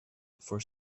for